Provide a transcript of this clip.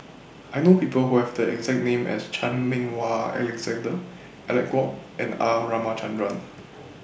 I know People Who Have The exact name as Chan Meng Wah Alexander Alec Kuok and R Ramachandran